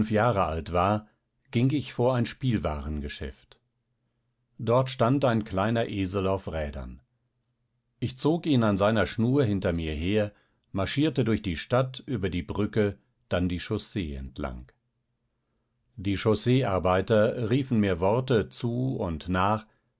jahre alt war ging ich vor ein spielwarengeschäft dort stand ein kleiner esel auf rädern ich zog ihn an seiner schnur hinter mir her marschierte durch die stadt über die brücke dann die chaussee entlang die chausseearbeiter riefen mir worte zu und nach